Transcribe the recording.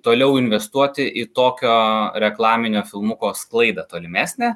toliau investuot į tokio reklaminio filmuko sklaidą tolimesnę